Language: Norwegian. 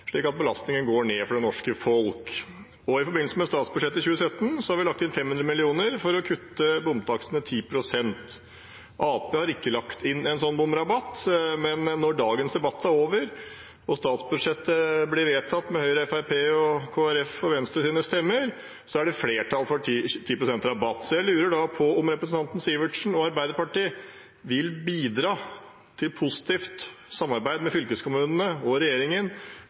slik at belastningen for det norske folk går ned. I forbindelse med statsbudsjettet for 2017 har vi lagt inn 500 mill. kr for å kutte bomtakstene med 10 pst. Arbeiderpartiet har ikke lagt inn en sånn bomrabatt, men når dagens debatt er over og statsbudsjettet blir vedtatt med Høyres, Fremskrittspartiets, Kristelig Folkepartis og Venstres stemmer, er det flertall for 10 pst. rabatt. Jeg lurer på om representanten Sivertsen og Arbeiderpartiet vil bidra til positivt samarbeid med fylkeskommunene og regjeringen